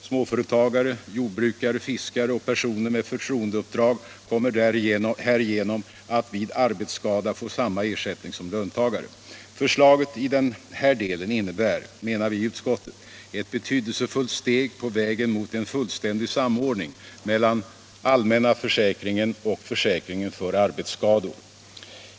Småföretagare, jordbrukare, fiskare och personer med förtroendeuppdrag kommer härigenom att vid arbetsskada få samma ersättning som löntagare. Förslaget i den här delen innebär —- menar vi i utskottet — ett betydelsefullt steg på vägen mot samordning mellan den allmänna försäkringen och försäkringen för arbetsskador.